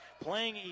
playing